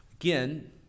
Again